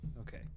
Okay